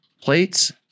plates